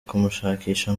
kumushakisha